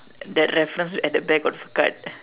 that reference at the back of the card